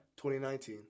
2019